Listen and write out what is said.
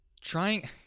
Trying